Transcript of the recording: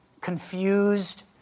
confused